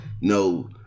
no